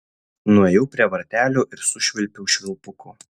nuėjau prie vartelių ir sušvilpiau švilpuku